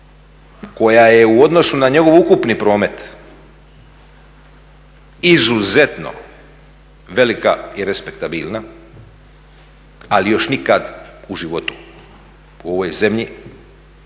koja je u odnosu na njegov ukupni promet izuzetno velika i respektabilna ali još nikada u životu u ovoj zemlji